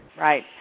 Right